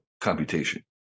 computation